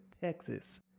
Texas